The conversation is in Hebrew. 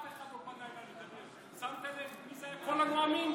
חברות הכנסת,